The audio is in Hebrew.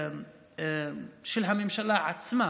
של הממשלה עצמה,